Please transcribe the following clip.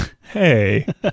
Hey